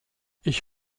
ich